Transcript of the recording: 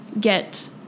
get